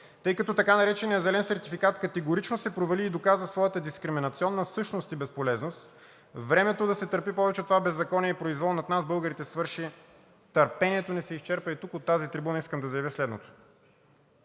Тъй като така нареченият зелен сертификат категорично се провали и доказа своята дискриминационна същност и безполезност, времето да се търпи повече това беззаконие и произвол над нас българите свърши. Търпението ни се изчерпа. Тук, от тази трибуна, искам да заявя следното: